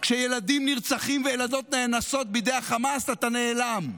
כשילדים נרצחים וילדות נאנסות בידי החמאס אתה נעלם.